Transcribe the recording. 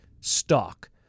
stock